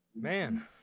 man